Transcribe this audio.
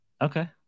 okay